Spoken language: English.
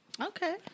Okay